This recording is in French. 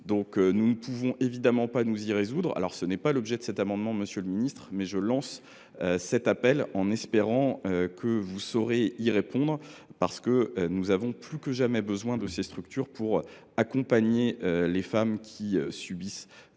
eux. Nous ne pouvons évidemment nous y résoudre. Je sais bien que je m’éloigne de l’objet de l’amendement, monsieur le ministre, mais je lance cet appel, en espérant que vous saurez y répondre, parce que nous avons plus que jamais besoin de ces structures pour accompagner les femmes qui subissent